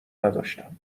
نداشتم